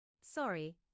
Sorry